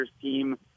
team